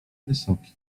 wysoki